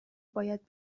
باید